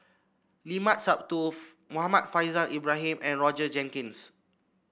Limat Sabtuf Muhammad Faishal Ibrahim and Roger Jenkins